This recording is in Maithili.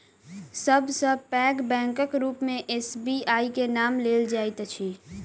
सब सॅ पैघ बैंकक रूप मे एस.बी.आई के नाम लेल जाइत अछि